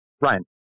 Ryan